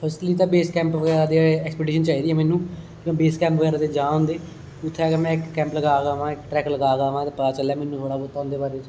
उसदे base camp तांई expedition चाहिदी ऐ मेनू बेस कैंप बगैरा ते ज्यादा होंदे उत्थै गै में इक कैंप लगा आवां गा इक ट्रैक लगा के आवां गा ते पता चले मेनू थोह्ड़ा बहूता उंदे बारे च